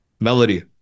melody